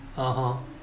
(uh huh)